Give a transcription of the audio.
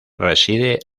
reside